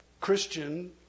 Christian